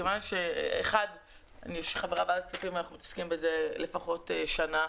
מכיוון שאני חברה בוועדת הכספים אנחנו מתעסקים בזה לפחות שנה,